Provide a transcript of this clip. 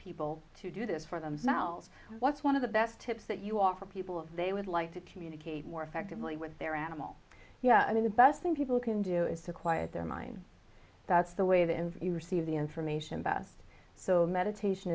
people to do this for them now what's one of the best tips that you offer people of they would like to communicate more effectively with their animal yeah i mean the best thing people can do is to quiet their mind that's the way that is you receive the information best so meditation